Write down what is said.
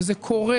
וזה קורה,